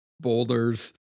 boulders